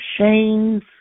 Shane's